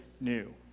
new